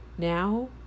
Now